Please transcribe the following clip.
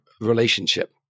relationship